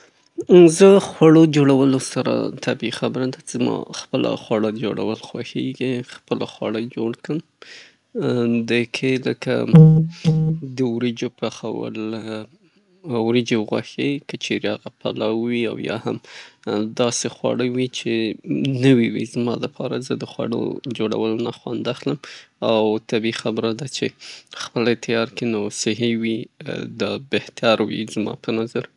بیانو زه غواړمه چې خواړه تیار کړمه ، معمولاً داسې ساده او اسانه شی لکه آش یا پسته جوړه کړمه په کور کې. هغه د خپلې خوښې مثاله هم پکې اضافه کړمه، البته ورسره وي خو بیا هم کیږي خپل د خوښې مثاله اضافه شي؛ ترڅو پورې یې خوند ښه شي او زما خوښیږي.